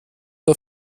der